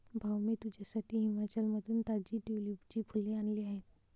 भाऊ, मी तुझ्यासाठी हिमाचलमधून ताजी ट्यूलिपची फुले आणली आहेत